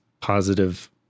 positive